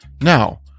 Now